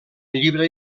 llibre